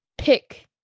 pick